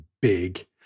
big